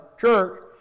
church